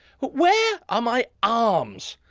where are my arms?